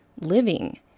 living